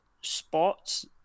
spots